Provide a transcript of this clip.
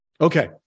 Okay